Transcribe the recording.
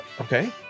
Okay